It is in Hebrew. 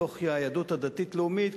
בתוך היהדות הדתית-לאומית,